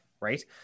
Right